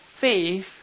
faith